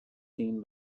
seen